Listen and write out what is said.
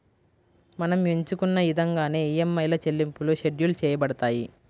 మనం ఎంచుకున్న ఇదంగానే ఈఎంఐల చెల్లింపులు షెడ్యూల్ చేయబడతాయి